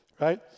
right